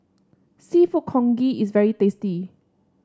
seafood Congee is very tasty